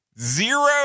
zero